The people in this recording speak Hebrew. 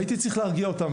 הייתי צריך להרגיע אותם.